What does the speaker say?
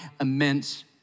immense